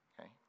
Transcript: Okay